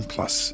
Plus